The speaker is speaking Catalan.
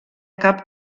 cap